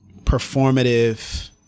performative